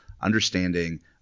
understanding